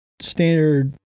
standard